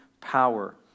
power